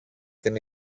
την